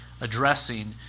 addressing